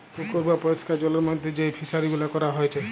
পুকুর বা পরিষ্কার জলের মধ্যে যেই ফিশারি গুলা করা হয়টে